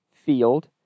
field